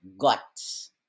guts